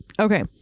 Okay